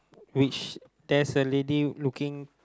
which there's a lady looking